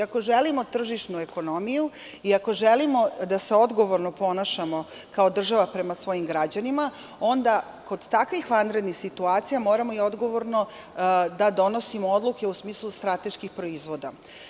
Ako želimo tržišnu ekonomiju i ako želimo da se odgovorno ponašamo kao država prema svojim građanima, onda kod takvih vanrednih situacija moramo i odgovorno da donosimo odluke u smislu strateških proizvoda.